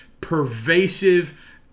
pervasive